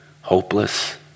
hopeless